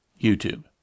YouTube